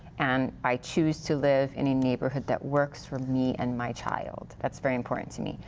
and i choose to live in a neighborhood that works for me and my child. that's very important to me.